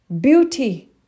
beauty